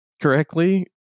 correctly